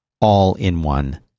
all-in-one